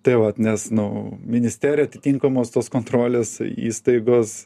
tai vat nes nu ministerija atitinkamos tos kontrolės įstaigos